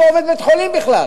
כי הוא עובד בבית-חולים בכלל,